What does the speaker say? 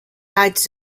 lights